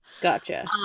Gotcha